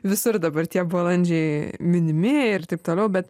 visur dabar tie balandžiai minimi ir taip toliau bet